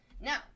Now